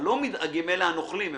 הלא-מודאגים אלה הנוכלים,